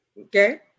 Okay